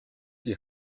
die